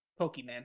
Pokemon